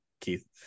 Keith